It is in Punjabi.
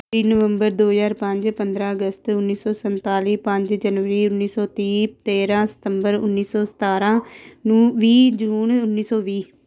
ਤੀਹ ਨਵੰਬਰ ਦੋ ਹਜ਼ਾਰ ਪੰਜ ਪੰਦਰ੍ਹਾਂ ਅਗਸਤ ਉੱਨੀ ਸੌ ਸੰਤਾਲੀ ਪੰਜ ਜਨਵਰੀ ਉੱਨੀ ਸੌ ਤੀਹ ਤੇਰ੍ਹਾਂ ਸਤੰਬਰ ਉੱਨੀ ਸੌ ਸਤਾਰ੍ਹਾਂ ਨੂੰ ਵੀਹ ਜੂਨ ਉੱਨੀ ਸੌ ਵੀਹ